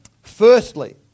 firstly